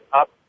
up